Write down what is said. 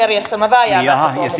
järjestelmä vääjäämättä